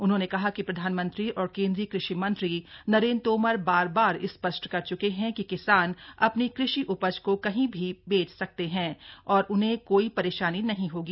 उन्होंने कहा कि प्रधानमंत्री और केंद्रीय कृषि मंत्री नरेन्द्र तोमर बार बार स्पष्ट कर च्के हैं कि किसान अपनी कृषि उपज को कहीं भी बेच सकते हैं और उन्हें कोई परेशानी नहीं होगी